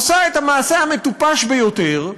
עושה את המעשה המטופש ביותר,